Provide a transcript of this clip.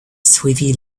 suivi